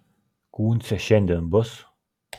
kūncė šiandien bus